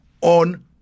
on